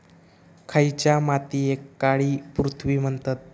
खयच्या मातीयेक काळी पृथ्वी म्हणतत?